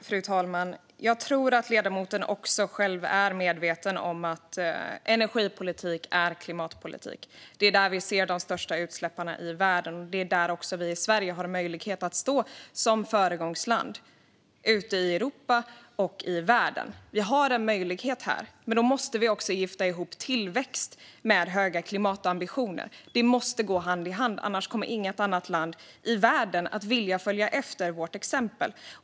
Fru talman! Jag tror att ledamoten själv är medveten om att energipolitik är klimatpolitik. Det är där vi ser de största utsläpparna i världen. Det är också där vi i Sverige har möjlighet att vara ett föregångsland ute i Europa och i världen. Vi har en möjlighet här, men då måste vi också gifta ihop tillväxt med höga klimatambitioner. Det måste gå hand i hand, annars kommer inget annat land i världen att vilja följa vårt exempel.